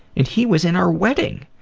and he was in our wedding.